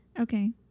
Okay